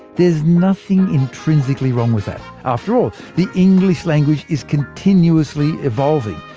there's nothing intrinsically wrong with that. after all, the english language is continuously evolving.